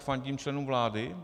Fandím členům vlády.